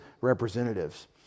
representatives